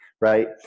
right